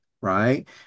right